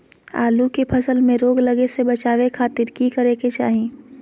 आलू के फसल में रोग लगे से बचावे खातिर की करे के चाही?